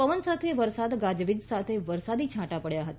પવન સાથે વરસાદ ગાજવીજ સાથે વરસાદી છાંટા પડ્યા હતા